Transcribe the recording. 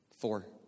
four